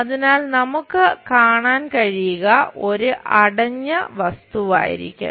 അതിനാൽ നമുക്ക് കാണാൻ കഴിയുക ഒരു അടഞ്ഞ വസ്തുവായിരിക്കും